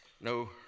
No